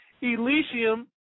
Elysium